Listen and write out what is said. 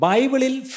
Bible